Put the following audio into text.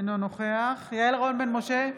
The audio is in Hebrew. אינו נוכח יעל רון בן משה,